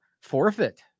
forfeit